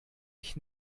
ich